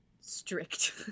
strict